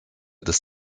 des